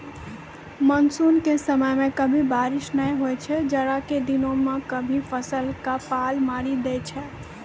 monsoon के समय मॅ कभी बारिश नाय होय छै, जाड़ा के दिनों मॅ कभी फसल क पाला मारी दै छै